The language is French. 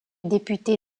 député